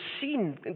seen